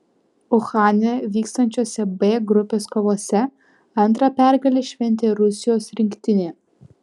uhane vykstančiose b grupės kovose antrą pergalę šventė rusijos rinktinė